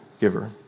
giver